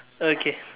okay